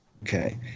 Okay